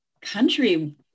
country